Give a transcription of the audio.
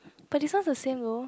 but this one the same though